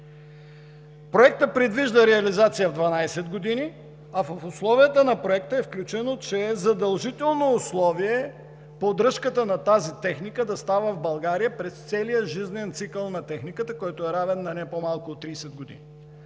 Проектът предвижда реализация 12 години, а в условията на проекта е включено, че задължително условие е поддръжката на тази техника да става в България през целия жизнен цикъл на техниката, който е равен на не по-малко от 30 години,